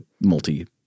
multi—